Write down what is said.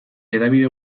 hedabide